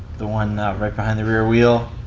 the one right behind the rear wheel.